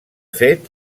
fet